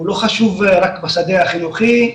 הוא לא חשוב רק בשדה החינוכי,